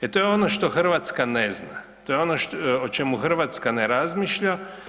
E to je ono što Hrvatska ne zna, to je ono o čemu Hrvatska ne razmišlja.